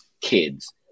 kids